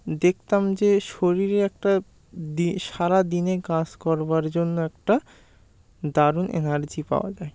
দেখতাম যে শরীরে একটা সারাদিনে কাজ করবার জন্য একটা দারুণ এনার্জি পাওয়া যায়